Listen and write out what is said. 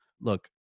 Look